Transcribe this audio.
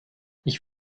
ich